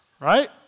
right